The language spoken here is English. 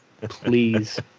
Please